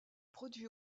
produits